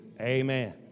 Amen